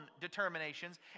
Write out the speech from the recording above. determinations